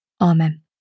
Amen